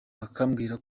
bakambwira